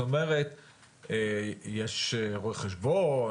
יש רואה חשבון,